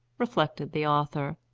reflected the author.